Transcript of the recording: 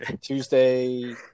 Tuesday